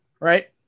right